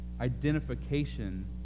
identification